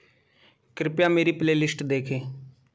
कृपया मेरी प्लेलिश्ट देखें